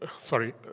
Sorry